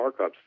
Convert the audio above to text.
markups